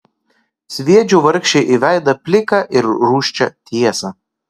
sviedžiau vargšei į veidą pliką ir rūsčią tiesą